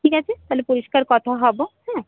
ঠিক আছে তাহলে পরিষ্কার কথা হবো হ্যাঁ